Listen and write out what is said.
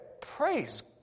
praise